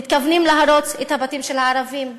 מתכוונים להרוס את הבתים של הערבים.